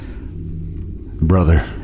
Brother